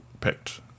picked